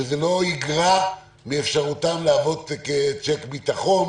שזה לא יגרע מאפשרותם להוות צ'ק ביטחון